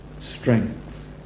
strength